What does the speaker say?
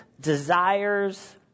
desires